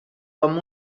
com